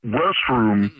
restroom